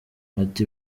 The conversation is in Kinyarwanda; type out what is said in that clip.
ati